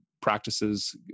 practices